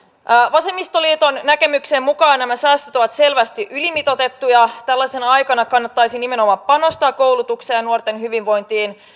vasemmistoliiton näkemyksen mukaan nämä säästöt ovat selvästi ylimitoitettuja tällaisena aikana kannattaisi nimenomaan panostaa koulutukseen ja nuorten hyvinvointiin